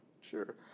Sure